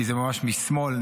כי זה ממש משמאל,